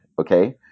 Okay